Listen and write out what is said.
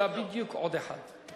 אתה בדיוק עוד אחד.